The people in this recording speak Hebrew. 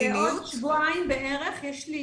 בעוד שבועיים בערך יש לי